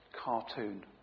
cartoon